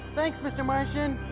thanks, mr. martian.